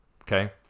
Okay